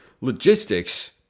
logistics